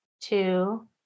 two